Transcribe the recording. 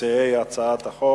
אני קובע שהצעת חוק